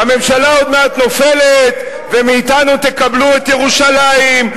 הממשלה עוד מעט נופלת ומאתנו תקבלו את ירושלים,